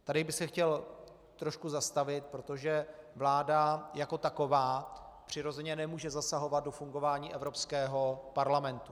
Tady bych se chtěl trošku zastavit, protože vláda jako taková přirozeně nemůže zasahovat do fungování Evropského parlamentu.